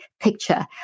picture